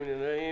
מי נמנע?